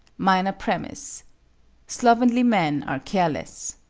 minor premise slovenly men are careless.